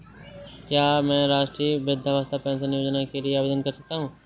क्या मैं राष्ट्रीय वृद्धावस्था पेंशन योजना के लिए आवेदन कर सकता हूँ?